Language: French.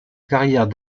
carrière